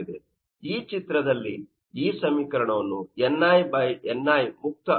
ಈ ಚಿತ್ರದಲ್ಲಿ ಈ ಸಮೀಕರಣವನ್ನು ni by ni ಮುಕ್ತ ಅನಿಲ